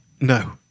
No